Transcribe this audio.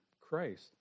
Christ